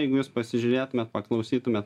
jeigu jūs pasižiūrėtumėt paklausytumėt